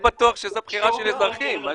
לא בטוח שזה בחירה של אזרחים.